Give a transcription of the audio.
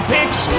Picks